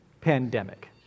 pandemic